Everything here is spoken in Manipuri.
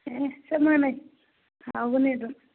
ꯑꯦ ꯆꯞ ꯃꯥꯟꯅꯩ ꯍꯥꯎꯒꯅꯤ ꯑꯗꯨꯝ